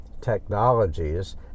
technologies